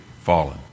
fallen